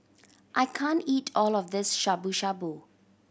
I can't eat all of this Shabu Shabu